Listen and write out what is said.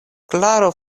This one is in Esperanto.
klaro